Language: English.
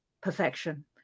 perfection